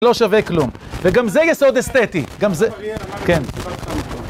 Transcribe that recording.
לא שווה כלום, וגם זה יסוד אסתטי, גם זה... כן.